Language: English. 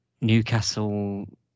Newcastle